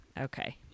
Okay